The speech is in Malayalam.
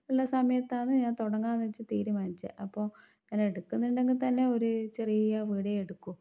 ഉള്ള സമയത്താണ് ഞാൻ തുടങ്ങാമെന്ന് വെച്ച് തീരുമാനിച്ചത് അപ്പോൾ ഞാൻ എടുക്കുന്നുണ്ടെങ്കിൽ തന്നെ ഒരു ചെറിയ വീട് എടുക്കു